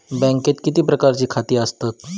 बँकेत किती प्रकारची खाती आसतात?